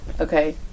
Okay